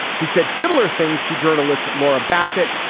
he said similar things to journalist laura bassett,